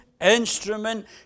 instrument